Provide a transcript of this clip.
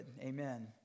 Amen